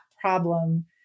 problem